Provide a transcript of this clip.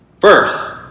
First